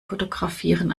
fotografieren